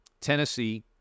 Tennessee